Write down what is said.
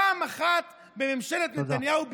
פעם אחת בממשלת נתניהו, תודה.